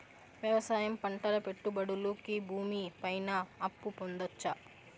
వ్యవసాయం పంటల పెట్టుబడులు కి భూమి పైన అప్పు పొందొచ్చా?